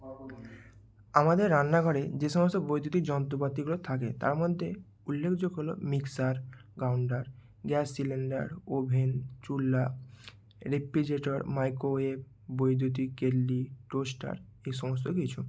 আমাদের রান্নাঘরে যে সমস্ত বৈদ্যুতিক যন্ত্রপাতিগুলো থাকে তার মধ্যে উল্লেখযোগ্য হলো mixer grinder gas cylinder oven চুল্লা রেফ্রিজিরেটর মাইক্রোওয়েভ বৈদ্যুতিক কেটলি টোস্টার এই সমস্ত কিছু